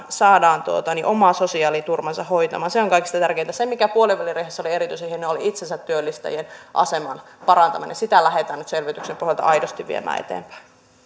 aidosti omalla palkkarahallaan omaa sosiaaliturvaansa hoitamaan se on kaikista tärkeintä se mikä puoliväliriihessä oli erityisen hienoa oli itsensätyöllistäjien aseman parantaminen sitä lähetään nyt selvityksen pohjalta aidosti viemään eteenpäin